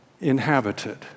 inhabited